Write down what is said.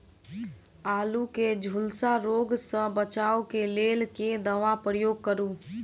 आलु केँ झुलसा रोग सऽ बचाब केँ लेल केँ दवा केँ प्रयोग करू?